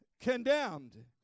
condemned